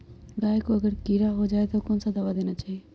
गाय को अगर कीड़ा हो जाय तो कौन सा दवा देना चाहिए?